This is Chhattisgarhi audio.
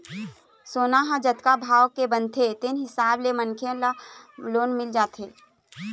सोना ह जतका भाव के बनथे तेन हिसाब ले मनखे ल लोन मिल जाथे